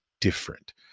different